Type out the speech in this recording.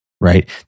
right